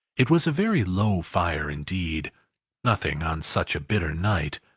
it was a very low fire indeed nothing on such a bitter night.